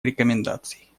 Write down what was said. рекомендаций